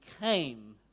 came